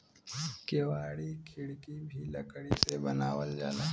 केवाड़ी खिड़की भी लकड़ी से बनावल जाला